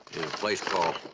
place called